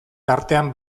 tartean